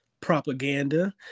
propaganda